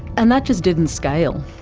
and that just didn't scale.